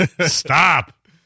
Stop